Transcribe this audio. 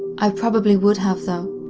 i probably would have though,